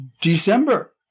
December